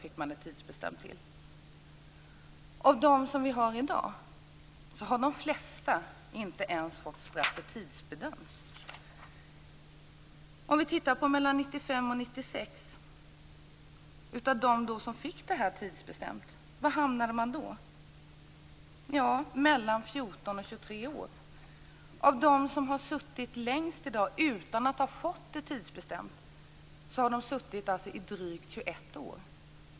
I dag har de flesta av de här personerna inte ens fått straffet tidsbedömt. Vi kan titta på perioden 1995-1996 och på dem som fick straffet tidsbestämt. Var hamnade man då? Ja, det låg någonstans mellan 14 och 23 år. De som i dag suttit fängslade längst, utan att ha fått straffet tidsbestämt, har suttit inne i drygt 21 år.